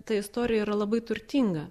ta istorija yra labai turtinga